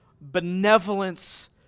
benevolence